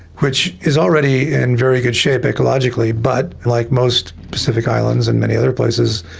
which is already in very good shape ecologically but, like most pacific islands and many other places,